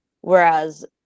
Whereas